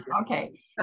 Okay